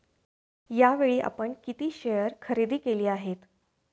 यावेळी आपण किती शेअर खरेदी केले आहेत?